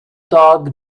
dog